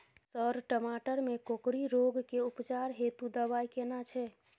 Sir टमाटर में कोकरि रोग के उपचार हेतु दवाई केना छैय?